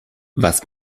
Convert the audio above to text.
was